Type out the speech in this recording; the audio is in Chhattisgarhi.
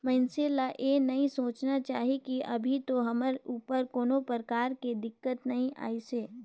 मइनसे ल ये नई सोचना चाही की अभी तो हमर ऊपर कोनो परकार के दिक्कत नइ आइसे